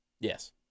Yes